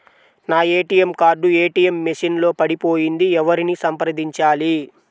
నా ATM card ATM machine లో పడిపోయింది ఎవరిని సంప్రదించాలి?